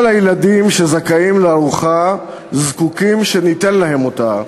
כל הילדים שזכאים לארוחה זקוקים שניתן להם אותה.